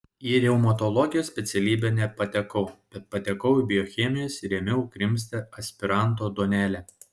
į reumatologijos specialybę nepatekau bet patekau į biochemijos ir ėmiau krimsti aspiranto duonelę